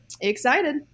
Excited